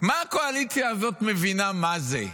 מה הקואליציה הזאת מבינה מה זה?